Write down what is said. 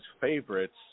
favorites